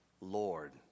Lord